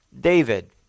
David